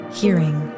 hearing